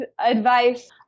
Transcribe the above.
advice